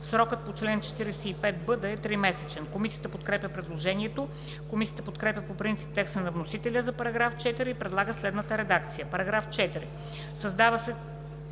срокът по чл. 45б да е тримесечен. Комисията подкрепя предложението. Комисията подкрепя по принцип текста на вносителя за § 4 и предлага следната редакция: „§ 4. Създават се